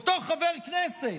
אותו חבר כנסת,